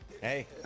Hey